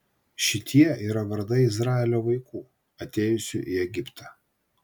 šitie yra vardai izraelio vaikų atėjusių į egiptą